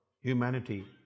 humanity